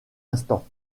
instant